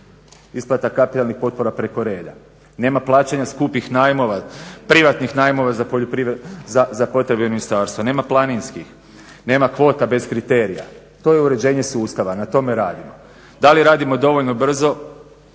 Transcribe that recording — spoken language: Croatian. isplata kapitalnih potpora preko reda, nema plaćanja skupih najmova, privatnih najmova za potrebe ministarstva, nema planskih, nema kvota bez kriterija. To je uređenje sustava, na tome radimo. Da li radimo dovoljno brzo?